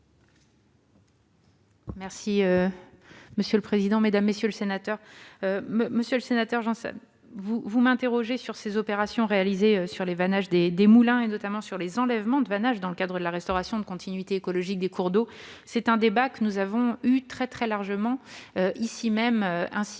est à Mme la secrétaire d'État. Monsieur le sénateur Janssens, vous m'interrogez sur les opérations réalisées sur les vannages des moulins, notamment sur les enlèvements de vannage dans le cadre de la restauration de la continuité écologique des cours d'eau. C'est un débat que nous avons eu très largement ici même, ainsi